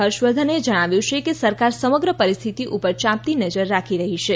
ફર્ષવર્ધને જણાવ્યુ છે કે સરકાર સમગ્ર પરિસ્થિતી ઉપર યાંપતી નજર રાખી રહી છે